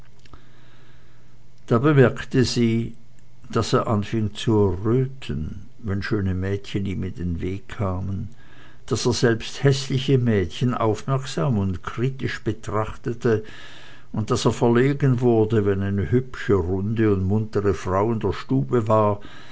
da bemerkte sie daß er anfing zu erröten wenn schöne mädchen ihm in den weg kamen daß er selbst häßliche mädchen aufmerksam und kritisch betrachtete und daß er verlegen wurde wenn eine hübsche runde und muntere frau in der stube war